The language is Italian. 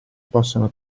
possano